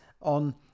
on